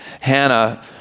Hannah